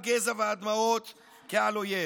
הגזע והדמעות כעל אויב.